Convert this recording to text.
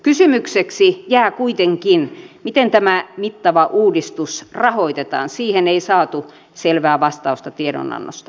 kysymykseksi jää kuitenkin miten tämä mittava uudistus rahoitetaan siihen ei saatu selvää vastausta tiedonannosta